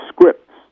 scripts